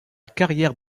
carrière